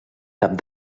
cap